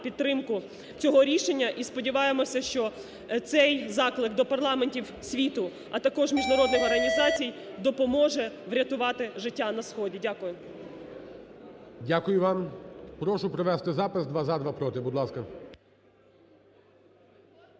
підтримку цього рішення. І сподіваємося, що цей заклик до парламентів світу, а також міжнародних організацій допоможе врятувати життя на сході. Дякую. ГОЛОВУЮЧИЙ. Дякую вам. Прошу провести запис: два – за, два – проти. Будь ласка.